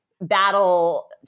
Battle